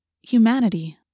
Humanity